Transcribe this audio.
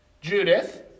Judith